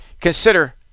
Consider